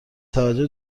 توجه